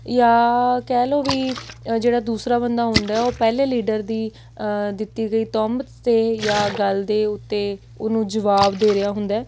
ਜਾਂ ਕਹਿ ਲਓ ਵੀ ਜਿਹੜਾ ਦੂਸਰਾ ਬੰਦਾ ਹੁੰਦਾ ਉਹ ਪਹਿਲੇ ਲੀਡਰ ਦੀ ਦਿੱਤੀ ਗਈ ਤੋਮਸ 'ਤੇ ਜਾਂ ਗੱਲ ਦੇ ਉੱਤੇ ਉਹਨੂੰ ਜਵਾਬ ਦੇ ਰਿਹਾ ਹੁੰਦਾ ਹੈ